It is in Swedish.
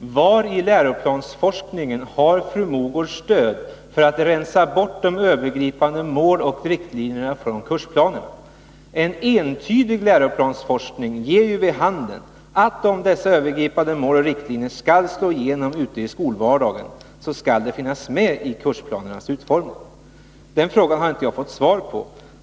Var i läroplansforskningen har fru Mogård stöd för bortrensning av de övergripande målen och riktlinjerna från kursplanerna? En entydig läroplansforskning ger vid handen att dessa övergripande mål och riktlinjer, om de skall slå igenom i skolvardagen, måste finnas med i kursplanernas utformning. Jag har inte fått svar på min fråga på den punkten.